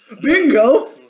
bingo